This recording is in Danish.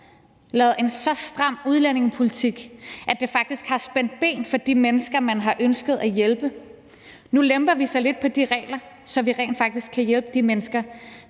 lavet en så stram udlændingepolitik, at det faktisk har spændt ben for de mennesker, man har ønsket at hjælpe. Nu lemper vi så lidt på de regler, så vi rent faktisk kan hjælpe de mennesker,